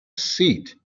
seat